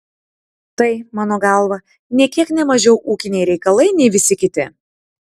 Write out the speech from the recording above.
tai mano galva nė kiek ne mažiau ūkiniai reikalai nei visi kiti